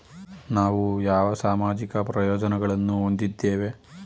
ನಾವು ಯಾವ ಸಾಮಾಜಿಕ ಪ್ರಯೋಜನಗಳನ್ನು ಹೊಂದಿದ್ದೇವೆ?